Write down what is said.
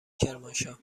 کرمانشاه